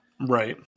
Right